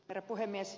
herra puhemies